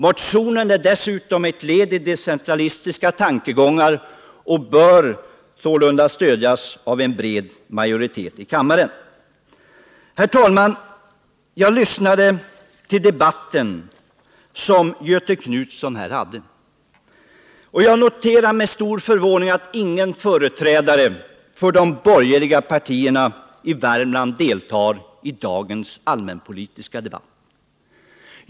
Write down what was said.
Motionen är ett uttryck för decentralistiska tankegångar och bör därför kunna stödjas av en bred majoritet i kammaren. Herr talman! Jag lyssnade till de debattinlägg som Göthe Knutson här gjorde, och jag noterar med stor förvåning att ingen annan företrädare för de borgerliga partierna i Värmland deltar i dagens allmänpolitiska debatt.